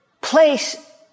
place